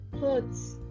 hurts